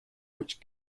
which